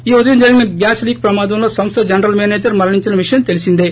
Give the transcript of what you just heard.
ఈ ఉదయం జరిగిన గ్యాస్ లీక్ ప్రమాదంలో సంస్థ జనరల్ మేనేజర్ మరణించిన విషయం తెలిసిందే